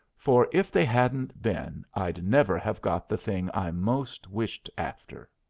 for if they hadn't been i'd never have got the thing i most wished after.